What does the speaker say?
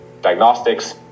diagnostics